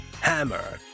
Hammer